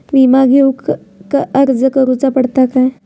विमा घेउक अर्ज करुचो पडता काय?